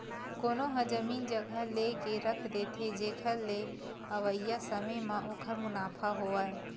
कोनो ह जमीन जघा लेके रख देथे, जेखर ले अवइया समे म ओखर मुनाफा होवय